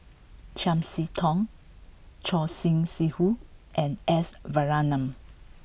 Chiam See Tong Choor Singh Sidhu and S Varathan